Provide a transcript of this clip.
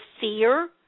fear